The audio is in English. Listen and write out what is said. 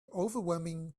overwhelming